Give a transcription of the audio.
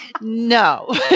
no